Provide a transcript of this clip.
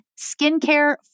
skincare